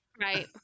Right